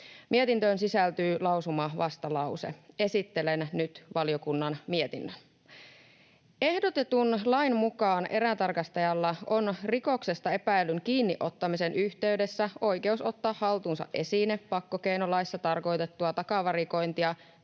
Mietintöön sisältyy lausumavastalause. Esittelen nyt valiokunnan mietinnön. Ehdotetun lain mukaan erätarkastajalla on rikoksesta epäillyn kiinniottamisen yhteydessä oikeus ottaa haltuunsa esine pakkokeinolaissa tarkoitettua takavarikointia